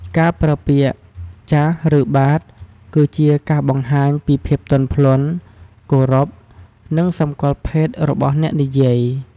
ការប្រើប្រាស់ពាក្យ "ចាស" ឬ "បាទ" គឺជាការបង្ហាញពីភាពទន់ភ្លន់ គោរព និងសម្គាល់ភេទរបស់អ្នកនិយាយ។